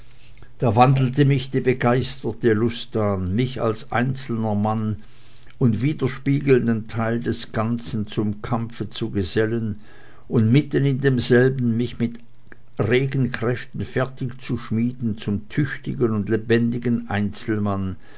da wandelte mich die begeisterte lust an mich als einzelner mann und widerspiegelnder teil des ganzen zum kampfe zu gesellen und mitten in demselben mich mit regen kräften fertigzuschmieden zum tüchtigen und lebendigen einzelmann